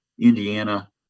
Indiana